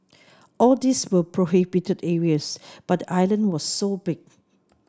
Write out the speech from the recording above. all these were prohibited areas but the island was so big